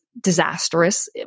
disastrous